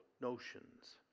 notions